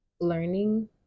learning